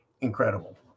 incredible